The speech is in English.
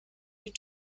need